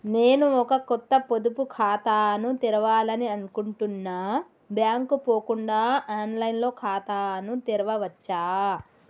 నేను ఒక కొత్త పొదుపు ఖాతాను తెరవాలని అనుకుంటున్నా బ్యాంక్ కు పోకుండా ఆన్ లైన్ లో ఖాతాను తెరవవచ్చా?